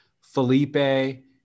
Felipe